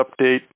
update